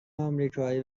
آمریکایی